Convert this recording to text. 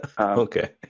Okay